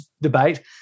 debate